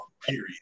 period